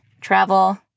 travel